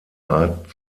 art